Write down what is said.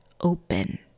open